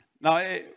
Now